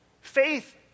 Faith